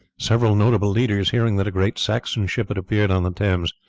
several notable leaders, hearing that a great saxon ship had appeared on the thames,